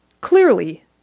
clearly